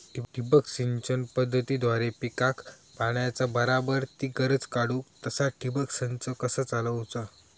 ठिबक सिंचन पद्धतीद्वारे पिकाक पाण्याचा बराबर ती गरज काडूक तसा ठिबक संच कसा चालवुचा?